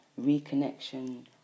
reconnection